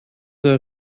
der